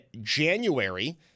January